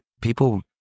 people